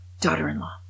daughter-in-law